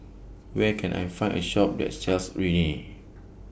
Where Can I Find A Shop that sells Rene